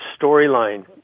storyline